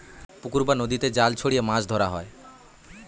পুকুর বা নদীতে জাল ছড়িয়ে মাছ ধরা হয়